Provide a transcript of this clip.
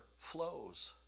flows